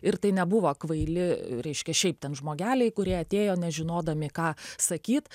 ir tai nebuvo kvaili reiškia šiaip ten žmogeliai kurie atėjo nežinodami ką sakyt